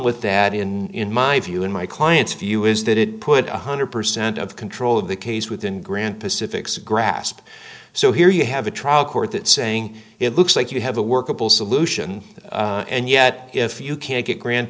with that in my view in my client's view is that it put one hundred percent of control of the case within grand pacific's grasp so here you have a trial court that saying it looks like you have a workable solution and yet if you can't get grand